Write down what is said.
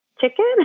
chicken